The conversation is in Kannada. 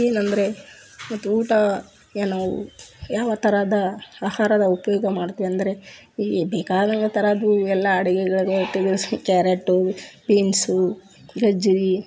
ಏನಂದರೆ ಮತ್ತು ಊಟ ಏನು ಯಾವ ಥರದ ಆಹಾರದ ಉಪಯೋಗ ಮಾಡ್ತೀವಂದ್ರೆ ಇಲ್ಲಿ ಬೇಕಾದಂಗೆ ತರೋದು ಎಲ್ಲ ಅಡುಗೆಗಳ್ಗೆ ಕ್ಯಾರೇಟು ಬೀನ್ಸು ಗೆಜ್ಜುರಿ